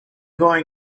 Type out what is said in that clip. gonna